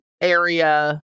area